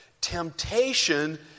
Temptation